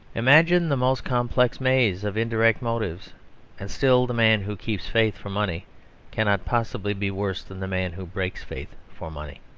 imagine the most complex maze of indirect motives and still the man who keeps faith for money cannot possibly be worse than the man who breaks faith for money.